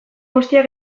guztiak